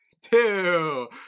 Two